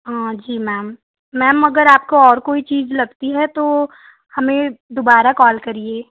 हाँ जी ma'am ma'am अगर आपको और कोई चीज़ लगती है तो हमें दोबारा कॉल करिए